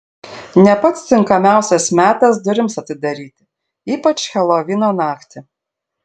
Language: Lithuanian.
ne pats tinkamiausias metas durims atidaryti ypač helovino naktį